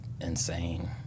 insane